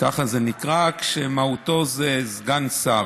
ככה זה נקרא, שמהותה היא סגן שר.